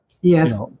Yes